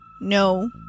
no